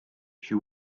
she